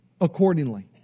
accordingly